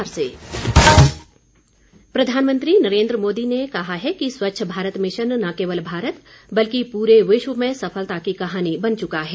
मन की बात प्रधानमंत्री नरेन्द्र मोदी ने कहा है कि स्वच्छ भारत मिशन न केवल भारत बल्कि पूरे विश्व में सफलता की कहानी बन चुका है